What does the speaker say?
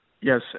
yes